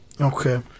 Okay